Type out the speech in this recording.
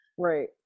right